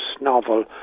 novel